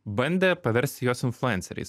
bandė paversti juos influenceriais